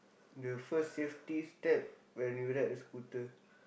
the first safety step when you ride a scooter